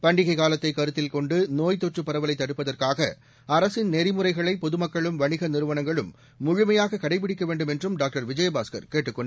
பண்டிகை காலத்தை கருத்தில் கொன்டு நோய் தொற்று பரவலை தடுப்பதற்காக அரசின் நெறிமுறைகளை பொதுமக்களும் வணிக நிறுவனங்களும் முழுமையாக கடைப்பிக்க வேண்டும் என்றும் டாக்டர் விஜயபாஸ்கர் கேட்டுக்கொண்டார்